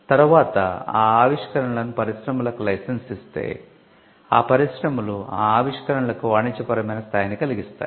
తర్వాత ఆ ఆవిష్కరణలను పరిశ్రమలకు లైసెన్స్ ఇస్తే ఆ పరిశ్రమలు ఆ ఆవిష్కరణలకు వాణీజ్యపరమైన స్థాయిని కలిగిస్తాయి